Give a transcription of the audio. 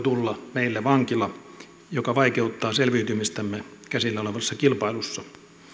tulla meille vankila joka vaikeuttaa selviytymistämme käsillä olevassa kilpailussa